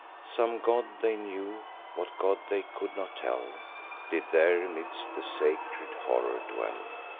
some god, they knew what god, they could not tell did there amidst the sacred horror dwell.